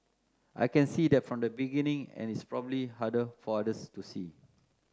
I can see that from the beginning and it's probably harder for others to see